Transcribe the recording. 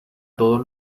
todos